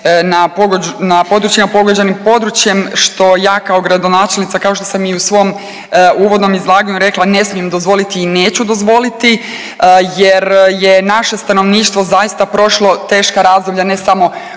na područjima pogođenim područjem što ja kao gradonačelnica, kao što sam i u svom uvodnom izlaganju rekla ne smijem dozvoliti i neću dozvoliti jer je naše stanovništvo zaista prošlo teška razdoblja ne samo